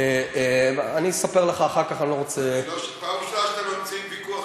איפה יש ויכוח